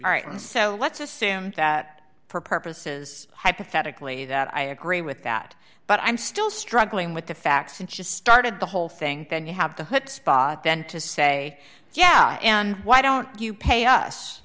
be right and so let's assume that for purposes hypothetically that i agree with that but i'm still struggling with the facts and just started the whole thing then you have the chutzpah then to say yeah and why don't you pay us